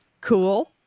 Cool